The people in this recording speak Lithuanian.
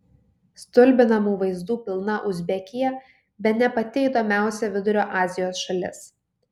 stulbinamų vaizdų pilna uzbekija bene pati įdomiausia vidurio azijos šalis